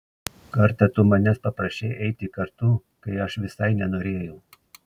kartą tu manęs paprašei eiti kartu kai aš visai nenorėjau